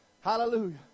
Hallelujah